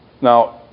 Now